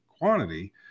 quantity